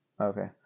Okay